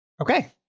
Okay